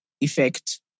effect